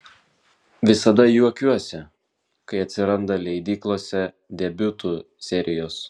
visada juokiuosi kai atsiranda leidyklose debiutų serijos